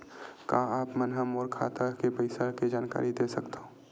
का आप मन ह मोला मोर खाता के पईसा के जानकारी दे सकथव?